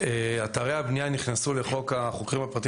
אתרי הבנייה נכנסו לחוק החוקרים הפרטיים